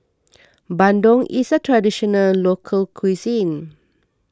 Bandung is a Traditional Local Cuisine